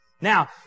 Now